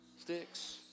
sticks